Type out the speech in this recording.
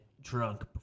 drunk